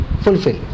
fulfill